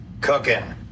cooking